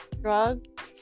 drugs